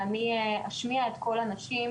ואני אשמיע את קול הנשים.